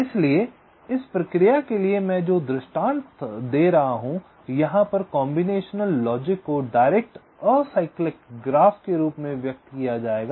इसलिए इस प्रक्रिया के लिए मैं जो दृष्टांत दे रहा हूं यहां पर कॉम्बिनेशनल लॉजिक को डायरेक्ट असाइक्लिक ग्राफ के रूप में व्यक्त किया जाएगा